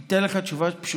אני אתן לך תשובה פשוטה.